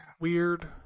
weird